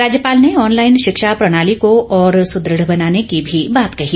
राज्यपाल ने ऑनलाईन शिक्षा प्रणाली को और सुदढ बनाने की भी बात कही